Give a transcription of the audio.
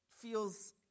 feels